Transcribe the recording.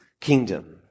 kingdom